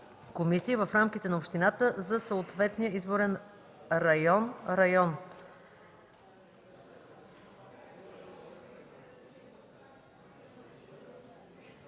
комисии в рамките на общината за съответния изборен район (район).